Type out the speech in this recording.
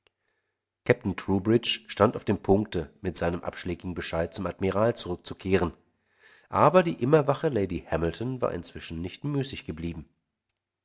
stand auf dem punkte mit seinem abschläglichen bescheid zum admiral zurückzukehren aber die immerwache lady hamilton war inzwischen nicht müßig geblieben